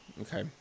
Okay